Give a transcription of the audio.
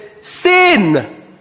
sin